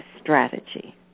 strategy